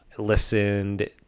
Listened